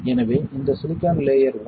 எனவே இந்த silicon layer one